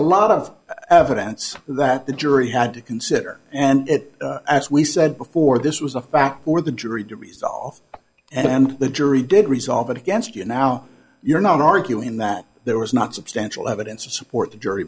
a lot of evidence that the jury had to consider and as we said before this was a fact or the jury did resolve and the jury did resolve against you now you're not arguing that there was not substantial evidence to support the jury